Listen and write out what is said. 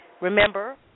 Remember